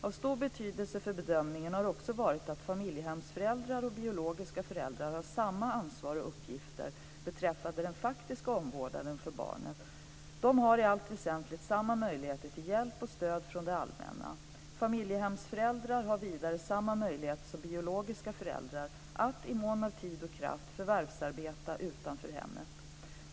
Av stor betydelse för bedömningen har också varit att familjehemsföräldrar och biologiska föräldrar har samma ansvar och uppgifter beträffande den faktiska omvårdnaden för barnet. De har i allt väsentligt samma möjligheter till hjälp och stöd från det allmänna. Familjehemsföräldrar har vidare samma möjligheter som biologiska föräldrar att, i mån av tid och kraft, förvärvsarbeta utanför hemmet.